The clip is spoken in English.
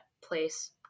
place